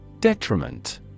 Detriment